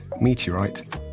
Meteorite